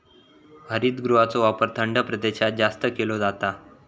हरितगृहाचो वापर थंड प्रदेशात जास्त केलो जाता